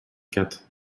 quatre